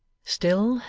still,